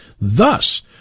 Thus